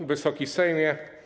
Wysoki Sejmie!